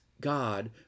God